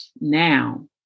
now